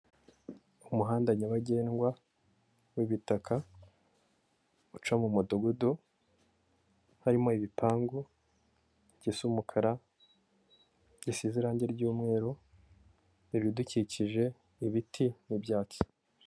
Umuhanda nyabagendwa w'ibitaka, uca mu mudugudu harimo ibipangu gisa umukara gisize irangi ry'umweru, ibidukikije, ibiti n'ibyatsi.